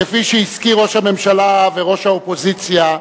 כפי שהזכירו ראש הממשלה וראש האופוזיציה,